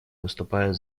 выступает